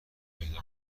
پیدا